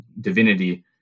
divinity